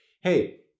hey